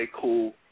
cool